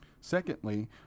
secondly